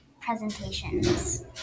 presentations